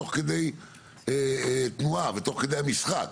משחק תוך כדי תנועה ותוך כדי המשחק,